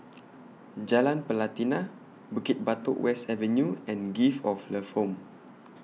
Jalan Pelatina Bukit Batok West Avenue and Gift of Love Home